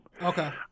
okay